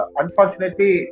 unfortunately